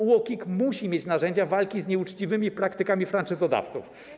UOKiK musi mieć narzędzia do walki z nieuczciwymi praktykami franczyzodawców.